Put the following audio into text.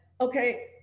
Okay